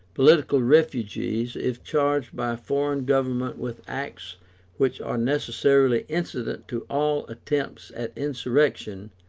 political refugees, if charged by a foreign government with acts which are necessarily incident to all attempts at insurrection,